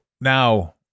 now